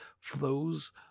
flows